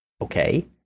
okay